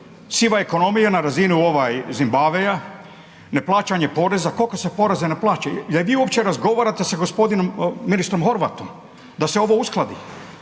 Siva ekonomija na razini Zimbabvea, ne plaćanje poreza. Koliko se poreza ne plaća? Je li vi uopće razgovarate sa g. ministrom Horvatom da se ovo uskladi?